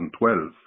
2012